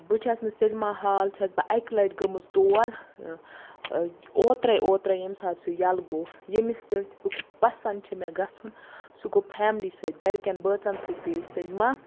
بہٕ چھَس نہٕ سینما ہال چھَس بہٕ اکہِ لَٹہٕ گٲمٕژ تور اوتراے اوتراے ییٚمہِ ساتہٕ سُہ یَلہٕ گوٚو یٔمِس سۭتۍ بہٕ پَسَنٛد چھُ مےٚ گَژھُن سُہ گوٚو فیملی سۭتۍ گَرِ کیٚن بٲژَن سۭتۍ گٔیہِ أسۍ سینما